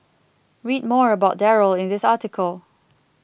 read more about Darryl in this article